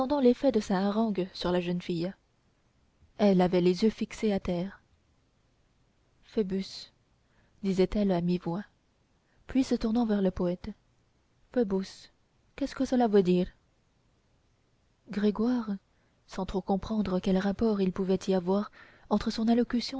l'effet de sa harangue sur la jeune fille elle avait les yeux fixés à terre phoebus disait-elle à mi-voix puis se tournant vers le poète phoebus qu'est-ce que cela veut dire gringoire sans trop comprendre quel rapport il pouvait y avoir entre son allocution